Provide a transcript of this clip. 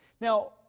Now